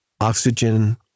oxygen